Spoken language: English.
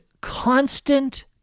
constant